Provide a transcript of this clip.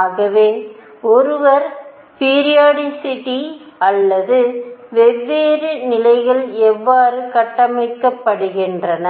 ஆகவே ஒருவர் பிரியோடிசிட்டி அல்லது வெவ்வேறு நிலைகள் எவ்வாறு கட்டமைக்கப்படுகின்றன